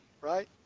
right